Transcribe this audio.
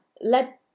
let